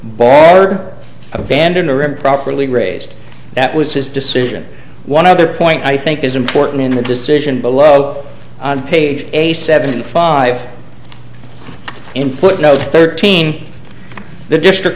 border abandon or improperly raised that was his decision one other point i think is important in a decision below on page a seventy five in footnote thirteen the district